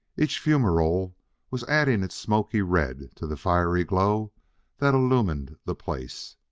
each fumerole was adding its smoky red to the fiery glow that illumined the place.